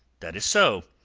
that is so.